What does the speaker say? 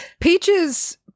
peaches